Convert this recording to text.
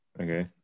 Okay